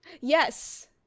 Yes